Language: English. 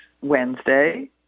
Wednesday